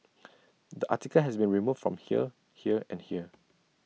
the article has been removed from here here and here